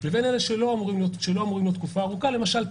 לבין אלה שלא אמורים להיות פה תקופה ארוכה למשל,